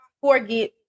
forget